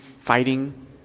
fighting